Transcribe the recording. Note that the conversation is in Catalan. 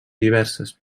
diverses